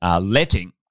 letting